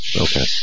Okay